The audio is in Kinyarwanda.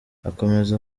akomeza